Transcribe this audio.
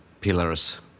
pillars